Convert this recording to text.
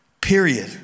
Period